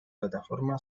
plataforma